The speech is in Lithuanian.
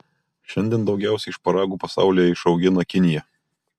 šiandien daugiausiai šparagų pasaulyje išaugina kinija